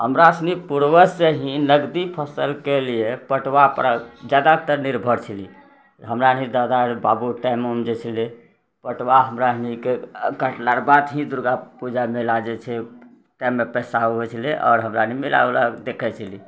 हमरासनी पूर्वजसँ ही नगदी फसलके लिए पटुआपर ज्यादातर निर्भर छलिए हमरा एनाहिर दादा रऽ बाबू टाइम उम जे छलै पटुआ हमराअनीके कटला रऽ बाद ही दुर्गापूजा मेला जे छै टाइममे पैसा होइ छलै आओर हमराअनी मेला उला देखै छलिए